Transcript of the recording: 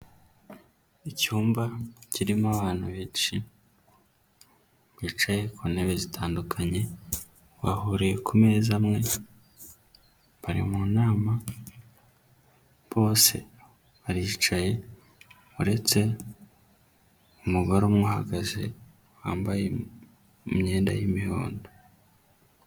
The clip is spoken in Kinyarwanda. Icyumba kirimo abantu benshi bicaye ku ntebe zitandukanye, bahuriye ku meza amwe bari mu nama bose baricaye uretse umugore umwe uhagaze wambaye imyenda y'imihondo.